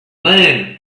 man